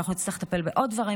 ואנחנו נצטרך לטפל בעוד דברים,